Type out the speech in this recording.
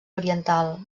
oriental